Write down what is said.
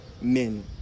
men